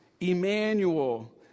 Emmanuel